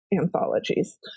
anthologies